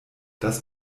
das